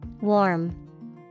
Warm